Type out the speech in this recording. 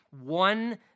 one